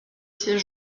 ses